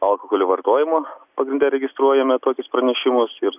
alkoholio vartojimo pagrinde registruojame tokius pranešimus ir